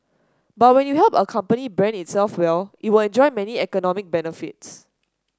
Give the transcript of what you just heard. but when you help a company brand itself well it will enjoy many economic benefits